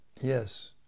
yes